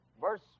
verse